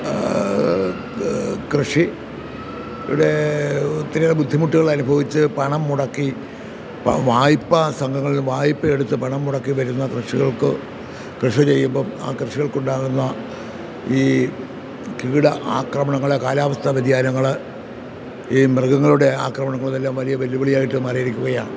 കൃഷിയുടെ ഒത്തിരിയേറെ ബുദ്ധിമുട്ടുകളനുഭവിച്ച് പണം മുടക്കി വായ്പാസംഘങ്ങളിൽനിന്ന് വായ്പയെടുത്ത് പണം മുടക്കിവരുന്ന കൃഷികൾക്ക് കൃഷി ചെയ്യുമ്പോൾ ആ കൃഷികൾക്കുണ്ടാകുന്ന ഈ കീട ആക്രമണങ്ങളെ കാലാവസ്ഥാ വ്യതിയാനങ്ങളെ ഈ മൃഗങ്ങളുടെ ആക്രമണങ്ങളുമെല്ലാം വലിയ വെല്ലുവിളിയായിട്ട് മാറിയിരിക്കുകയാണ്